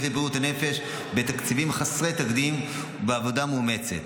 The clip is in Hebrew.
לבריאות הנפש בתקציבים חסרי תקדים ובעבודה מאומצת.